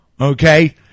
Okay